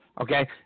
okay